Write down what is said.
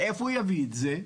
מאיפה הוא יביא את זה?